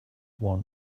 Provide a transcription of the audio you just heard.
one